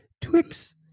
Twix